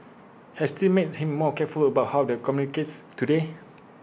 has this made him more careful about how he communicates today